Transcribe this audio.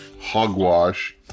hogwash